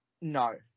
No